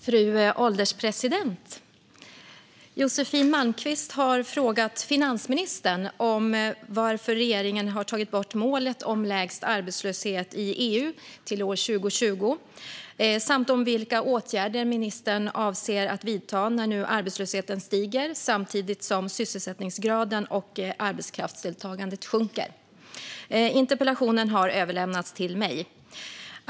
Fru ålderspresident! Josefin Malmqvist har frågat finansministern varför regeringen har tagit bort målet om lägst arbetslöshet i EU till år 2020 samt vilka åtgärder ministern avser att vidta när nu arbetslösheten stiger samtidigt som sysselsättningsgraden och arbetskraftsdeltagandet sjunker. Interpellationen har överlämnats till mig.